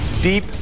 deep